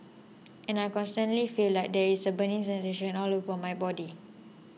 and I constantly feel like there's this burning sensation all over my body